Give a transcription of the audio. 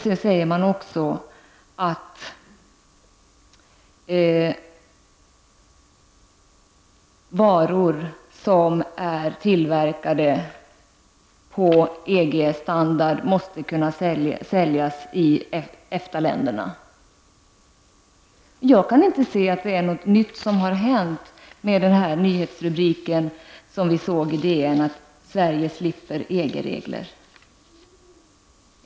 Man säger vidare att varor som är tillverkade efter EG-standard måste kunna säljas i EFTA-länderna. Jag kan inte se att det är något nytt i nyhetsrubriken som vi såg i DN om att Sverige slipper EG-regler.